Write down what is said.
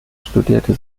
studierte